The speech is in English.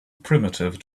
primitive